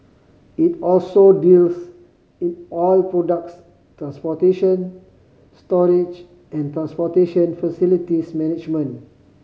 it also deals in oil products transportation storage and transportation facilities management